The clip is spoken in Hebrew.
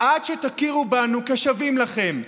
עד שתכירו בנו כשווים לכם,